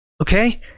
okay